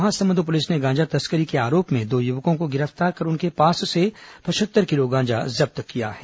Mahasamund police ने गांजा तस्करी के आरोप में दो युवकों को गिरफ्तार कर उनके पास से पचहत्तर किलो गांजा जब्त किया है